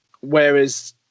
whereas